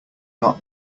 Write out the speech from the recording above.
not